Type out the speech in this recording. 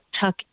tuck